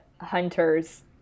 hunters